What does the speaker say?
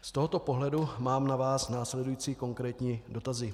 Z tohoto pohledu mám na vás následující konkrétní dotazy.